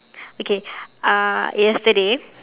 okay uh yesterday